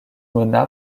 mona